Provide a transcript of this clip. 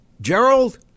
Gerald